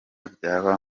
byaba